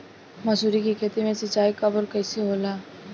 मसुरी के खेती में सिंचाई कब और कैसे होला?